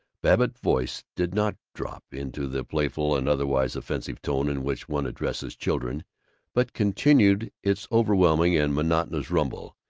babbitt's voice did not drop into the playful and otherwise offensive tone in which one addresses children but continued its overwhelming and monotonous rumble,